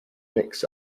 mix